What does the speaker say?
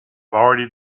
already